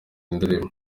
indirimbo